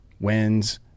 wins